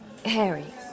Harry